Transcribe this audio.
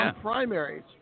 primaries